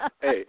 Hey